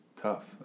tough